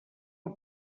del